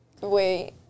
Wait